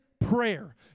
prayer